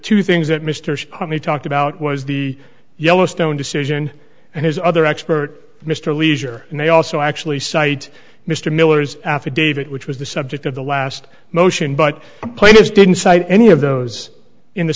two things that mr comey talked about was the yellowstone decision and his other expert mr leisure and they also actually cite mr miller's affidavit which was the subject of the last motion but plaintiffs didn't cite any of those in the